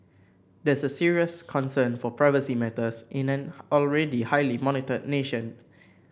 that's a serious concern for privacy matters in an already highly monitored nation